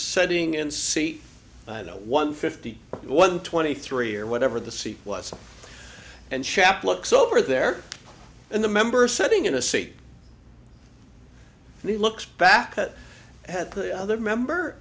being in seat no one fifty one twenty three or whatever the seat was and chape looks over there and the member sitting in a seat and he looks back at the other member